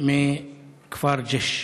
מכפר ג'ש,